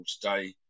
today